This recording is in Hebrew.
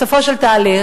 בסופו של תהליך,